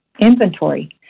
inventory